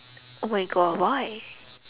oh my god why